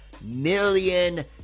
million